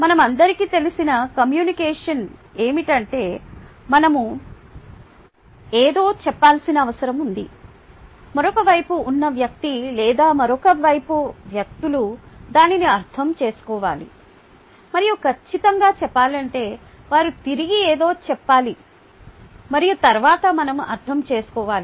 మనందరికీ తెలిసిన కమ్యూనికేషన్ ఏమిటంటే మనం ఏదో చెప్పాల్సిన అవసరం ఉంది మరొక వైపు ఉన్న వ్యక్తి లేదా మరొక వైపు వ్యక్తులు దానిని అర్థం చేసుకోవాలి మరియు ఖచ్చితంగా చెప్పాలంటే వారు తిరిగి ఏదో చెప్పాలి మరియు తరువాత మనం అర్థం చేసుకోవాలి